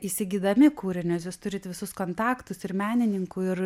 įsigydami kūrinius jūs turit visus kontaktus ir menininkų ir